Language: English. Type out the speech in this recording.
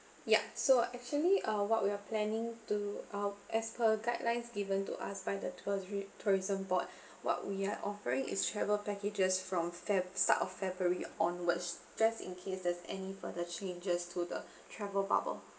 ya so actually uh what we are planning to uh as per guidelines given to us by the touri~ tourism board what we're offering is travel packages from feb start of february onwards just in case there's any further changes to the travel bubble